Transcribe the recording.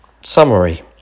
Summary